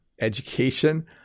education